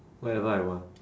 whatever I want